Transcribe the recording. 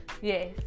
Yes